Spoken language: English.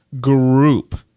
group